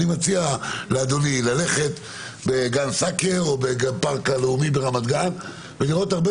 אני מציע לאדוני ללכת בגן סאקר או בפארק הלאומי ברמת גן ולראות הרבה